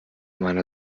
meiner